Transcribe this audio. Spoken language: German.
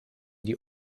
die